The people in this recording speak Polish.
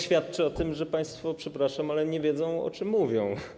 Świadczy to o tym, że państwo, przepraszam, ale nie wiedzą, o czym mówią.